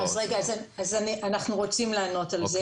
אנחנו רוצים לענות על זה.